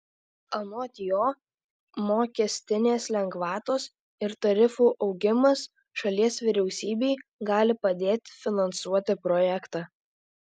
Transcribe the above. anot jo mokestinės lengvatos ir tarifų augimas šalies vyriausybei gali padėti finansuoti projektą